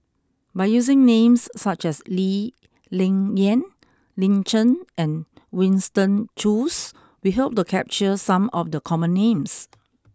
by using names such as Lee Ling Yen Lin Chen and Winston Choos we hope to capture some of the common names